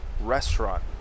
restaurant